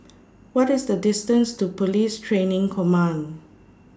What IS The distance to Police Training Command